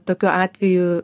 tokiu atveju